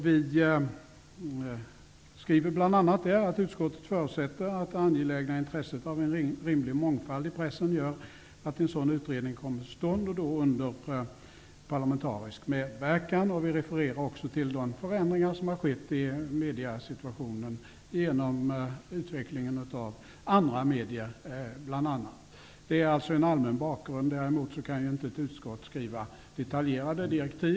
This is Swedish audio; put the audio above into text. Vi skriver bl.a.: ''Utskottet förutsätter att det angelägna intresset av en rimlig mångfald i pressen gör att en sådan utredning kommer till stånd, och då under parlamentarisk medverkan.'' Vi refererar också till de förändringar som har skett i mediasituationen, bl.a. genom utvecklingen av andra medier. Det är alltså en allmän bakgrund. Däremot kan inte ett utskott skriva detaljerade direktiv.